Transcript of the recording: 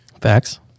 Facts